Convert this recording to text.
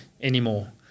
anymore